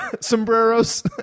Sombreros